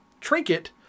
trinket